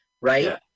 right